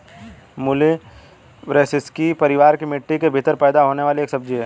मूली ब्रैसिसेकी परिवार की मिट्टी के भीतर पैदा होने वाली एक सब्जी है